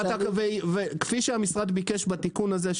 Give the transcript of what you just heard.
כפי שהמשרד ביקש בתיקון הזה,